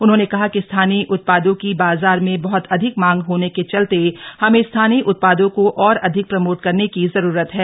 उन्होंने कहा कि स्थानीय उत्पादों की बाजार में बहत अधिक मांग होने के चलते हमें स्थानीय उत्पादों को और अधिक प्रमोट करने की जरूरत है